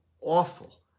awful